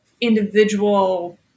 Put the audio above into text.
individual